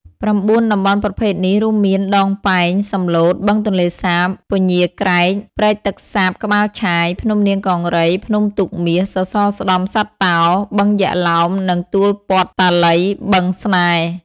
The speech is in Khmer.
៩ តំបន់ប្រភេទនេះ រួមមាន ដងពែង សំឡូត បឹងទន្លេសាប ពញាក្រែក ព្រែកទឹកសាបក្បាលឆាយ ភ្នំនាងកង្រី ភ្នំទូកមាស សសរស្តម្ភសត្វតោ បឹងយក្ខឡោម និងទួលព័ន្ធតាឡី-បឹងស្នេហ៍។